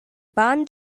barn